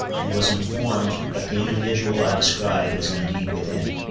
and was informed that the individual i described was indeed within.